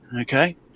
Okay